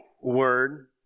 word